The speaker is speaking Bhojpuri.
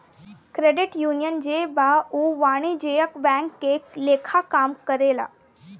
क्रेडिट यूनियन जे बा उ वाणिज्यिक बैंक के लेखा काम करेला